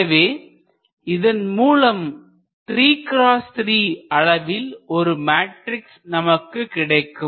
எனவே இதன் மூலம் 3x3 அளவில் ஒரு மேட்ரிக்ஸ் நமக்கு கிடைக்கும்